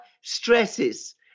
stresses